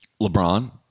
LeBron